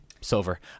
Silver